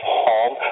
home